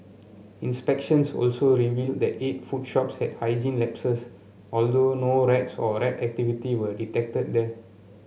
inspections also revealed that eight food shops had hygiene lapses although no rats or rat activity were detected there